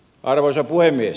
arvoisa puhemies